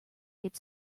get